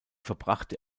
verbrachte